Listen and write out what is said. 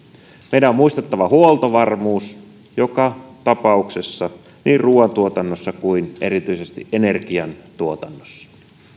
meidän on muistettava huoltovarmuus joka tapauksessa niin ruoantuotannossa kuin erityisesti energiantuotannossa